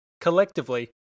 collectively